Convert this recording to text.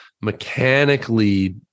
mechanically